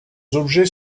objets